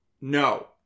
no